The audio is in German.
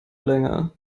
länger